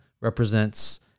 represents